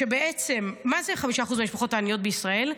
מה זה 5% מהמשפחות העניות בישראל?